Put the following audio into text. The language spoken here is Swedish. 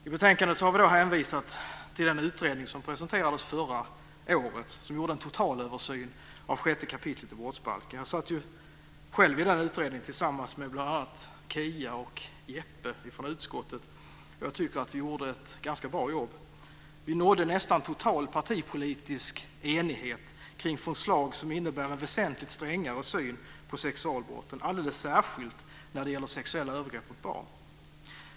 I betänkandet har vi hänvisat till den utredning som presenterades förra året. Den gjorde en totalöversyn av 6 kap. i brottsbalken. Jag satt själv i den utredningen tillsammans med bl.a. Kia Andreasson och Jeppe Johnsson från utskottet. Jag tycker att vi gjorde ett ganska bra jobb. Vi nådde nästan total partipolitisk enighet kring förslag som innebär en väsentligt strängare syn på sexualbrotten. Det gäller alldeles särskilt sexuella övergrepp mot barn.